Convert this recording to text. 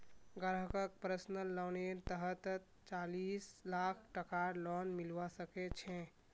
ग्राहकक पर्सनल लोनेर तहतत चालीस लाख टकार लोन मिलवा सके छै